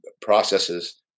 processes